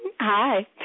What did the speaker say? Hi